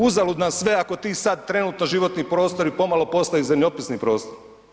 Uzalud nam sve ako ti sad trenutno životni prostori pomalo postaju zemljopisni prostori.